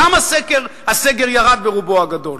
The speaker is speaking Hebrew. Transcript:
גם הסגר ירד ברובו הגדול.